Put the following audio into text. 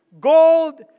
gold